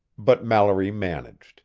but mallory managed